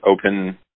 open